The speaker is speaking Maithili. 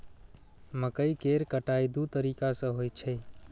मकइ केर कटाइ दू तरीका सं होइ छै